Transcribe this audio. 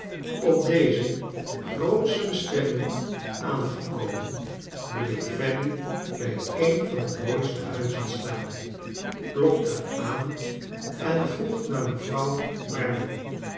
op deze grootsche bestemming aangekomen bleef fanny bij een van de mooiste huizen staan klopte aan en vroeg naar mevrouw merdle